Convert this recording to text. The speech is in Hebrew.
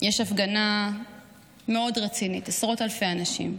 יש הפגנה מאוד רצינית, עשרות אלפי אנשים.